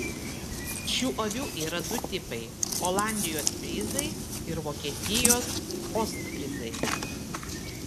šių avių yra du tipai olandijos fryzai ir vokietijos ostfryzai